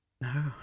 No